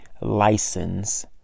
license